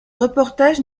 reportage